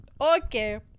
Okay